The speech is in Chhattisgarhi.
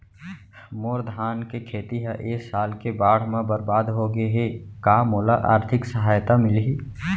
मोर धान के खेती ह ए साल के बाढ़ म बरबाद हो गे हे का मोला आर्थिक सहायता मिलही?